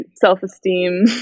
self-esteem